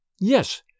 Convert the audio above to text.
Yes